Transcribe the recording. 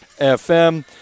FM